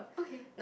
okay